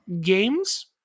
Games